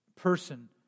person